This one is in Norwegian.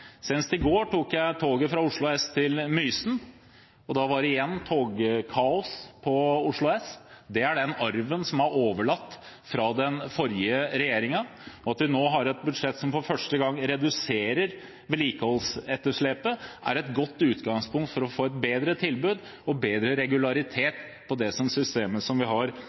Senest i går tok jeg toget fra Oslo S til Mysen, og da var det igjen togkaos på Oslo S. Det er den arven som er overlatt fra den forrige regjeringen. At vi nå har et budsjett som for første gang reduserer vedlikeholdsetterslepet, er et godt utgangspunkt for å få et bedre tilbud og en bedre regularitet på det systemet vi har,